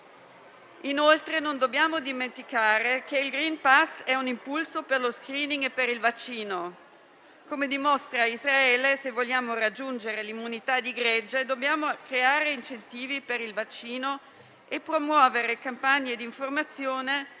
Inoltre, non dobbiamo dimenticare che il *green pass* è un impulso allo *screening* per il vaccino. Come dimostra Israele, se vogliamo raggiungere l'immunità di gregge, dobbiamo creare incentivi per il vaccino e promuovere campagne di informazione